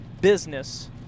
business